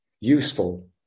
useful